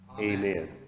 amen